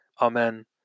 Amen